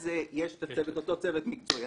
אז יש את אותו צוות מקצועי.